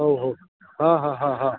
ହଉ ହଉ ହଁ ହଁ ହଁ ହଁ